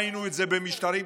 לעזאזל.